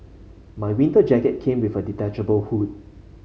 my winter jacket came with a detachable hood